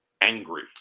angry